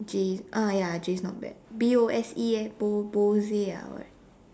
J ah ya J is not bad B O S E eh bo~ bose ah or what